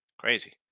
Crazy